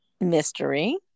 mystery